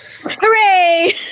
Hooray